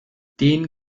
den